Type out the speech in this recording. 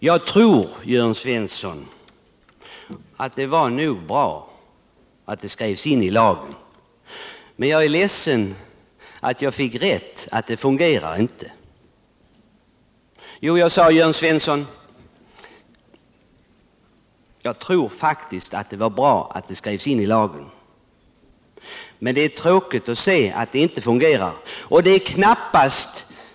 Herr talman! I ett tidigare anförande sade jag, Jörn Svensson, att jag faktiskt tror att det var bra att det skrevs in i lagen men att det är tråkigt att se att det inte fungerar.